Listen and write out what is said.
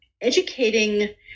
educating